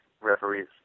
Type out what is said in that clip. referees